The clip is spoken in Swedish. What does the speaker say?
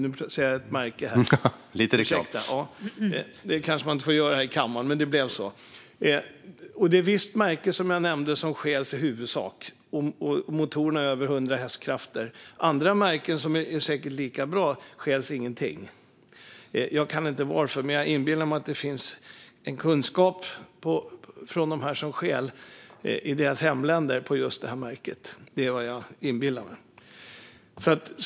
Nu nämner jag ett märke här, men det kanske man inte får göra här i kammaren. Men det blev så. Det är i huvudsak ett visst märke som stjäls, som jag nämnde. Och motorerna är på över 100 hästkrafter. Andra märken, som säkert är lika bra, stjäls inte alls. Jag vet inte varför. Men jag inbillar mig att det finns en kunskap om just detta märke i hemländerna hos dem som stjäl.